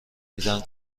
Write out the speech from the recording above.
دیدن